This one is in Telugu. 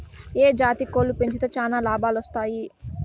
ఏ జాతి కోళ్లు పెంచితే చానా లాభాలు వస్తాయి?